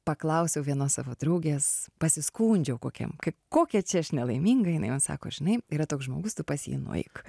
paklausiau vienos savo draugės pasiskundžiau kokiam kaip kokia čia aš nelaiminga jinai man sako žinai yra toks žmogus tu pas jį nueik